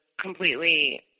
completely